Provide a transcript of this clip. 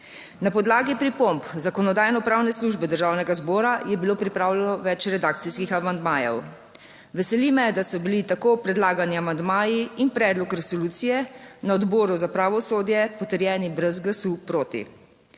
Na podlagi pripomb Zakonodajno-pravne službe državnega zbora je bilo pripravljeno več redakcijskih amandmajev. Veseli me, da so bili tako predlagani amandmaji in predlog resolucije na Odboru za pravosodje potrjeni brez glasu proti.